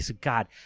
God